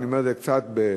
אני אומר את זה קצת בהומור,